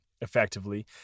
effectively